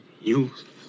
youth